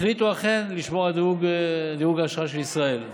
החליטה אכן לשמור על דירוג האשראי של ישראל,